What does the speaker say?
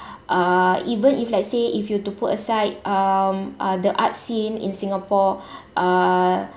uh even if let's say if you to put aside um uh the art scene in singapore uh